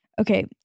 okay